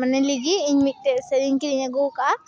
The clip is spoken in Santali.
ᱢᱟᱱᱮ ᱞᱟᱹᱜᱤᱫ ᱤᱧ ᱢᱤᱫᱴᱮᱡ ᱥᱟᱹᱲᱤᱧ ᱠᱤᱨᱤᱧ ᱟᱹᱜᱩ ᱠᱟᱫᱟ